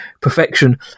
perfection